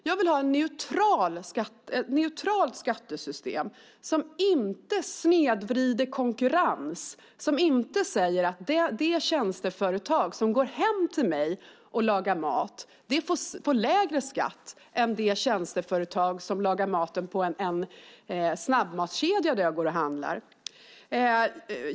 Jag vill ha ett neutralt skattesystem som inte snedvrider konkurrens och som inte säger att det tjänsteföretag som går hem till mig och lagar mat får lägre skatt än det tjänsteföretag som lagar maten på en snabbmatskedja dit jag går och handlar.